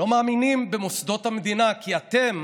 לא מאמינים במוסדות המדינה, כי אתם,